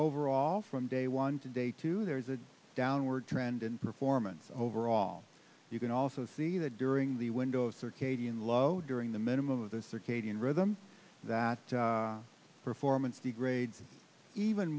overall from day one to day two there is a downward trend in performance overall you can also see that during the window of circadian low during the minimum of the circadian rhythm that performance degrades even